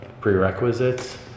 prerequisites